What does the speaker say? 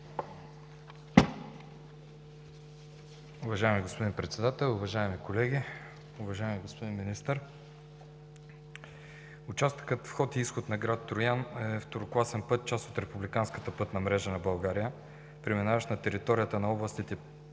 Уважаеми господин Председател, уважаеми колеги! Уважаеми господин Министър, участъкът вход-изход на град Троян е второкласен път, част от републиканската пътна мрежа на България, премиващ на територията на областите Плевен,